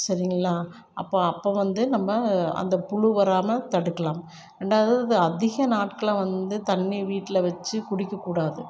சரிங்களா அப்போ அப்போ வந்து நம்ம அந்த புழு வராமல் தடுக்கலாம் ரெண்டாவது அதிக நாட்களாக வந்து தண்ணி வீட்டில் வச்சு குடிக்க கூடாது